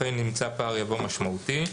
אחרי "נמצא פער" יבוא: "משמעותי".